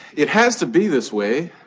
it has to be this way